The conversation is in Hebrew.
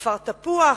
כפר-תפוח,